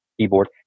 keyboard